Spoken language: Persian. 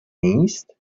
نیست